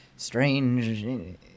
strange